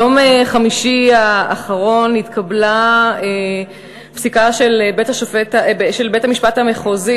ביום חמישי האחרון התקבלה פסיקה של בית-המשפט המחוזי,